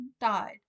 died